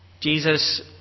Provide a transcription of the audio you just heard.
Jesus